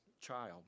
child